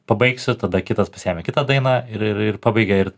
pabaigsiu tada kitas pasiėmė kitą dainą ir ir pabaigė ir